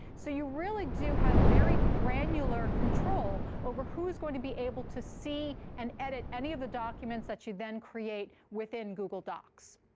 so you really do have very granular control over who is going to be able to see and edit any of the documents that you then create within google docs.